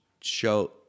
show